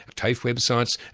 tafe websites,